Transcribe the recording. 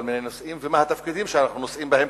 מיני נושאים ומה התפקידים שאנחנו נושאים בהם,